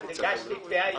הגשתי תביעה ייצוגית.